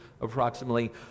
approximately